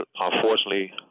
unfortunately